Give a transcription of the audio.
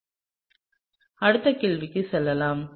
அடுத்த கேள்விக்கு செல்லலாம்